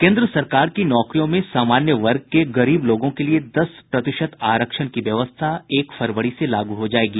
केन्द्र सरकार की नौकरियों में सामान्य वर्ग के गरीब लोगों के लिए दस प्रतिशत आरक्षण की व्यवस्था एक फरवरी से लागू हो जायेगी